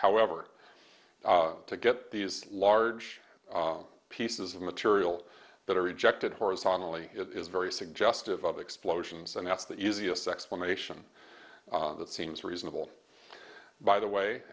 however to get these large pieces of material that are rejected horizontally it is very suggestive of explosions and that's the easiest explanation that seems reasonable by the